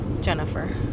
Jennifer